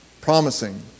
promising